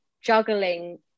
juggling